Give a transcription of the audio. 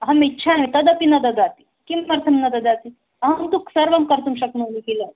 अहम् इच्छामि तदपि न ददाति किमर्थं न ददाति अहं तु सर्वं कर्तुं शक्नोमि किल